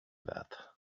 that